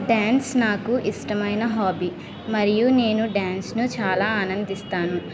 dance నాకు ఇష్టమైన hobby మరియు నేను డ్యాన్సును చాలా ఆనందిస్తాను